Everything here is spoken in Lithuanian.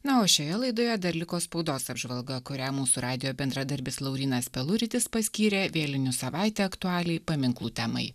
na o šioje laidoje dar liko spaudos apžvalga kurią mūsų radijo bendradarbis laurynas peluritis paskyrė vėlinių savaitę aktualiai paminklų temai